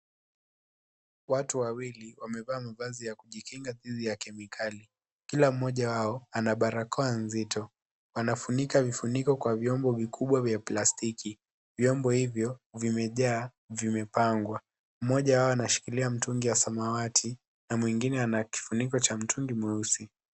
Watu wawili wamevaa mavazi ya kujikinga dhidi ya kemikali, kila mmoja wao ana barakoa nzito anafunika vifuniko Kwa vyombo vikubwa vya plastiki. Vyombo hivyo vimejaa vimepangwa. Mmoja wao anashikilia mtungi wa samawati na mwingine ana kifuniko cha mtungi mweusi.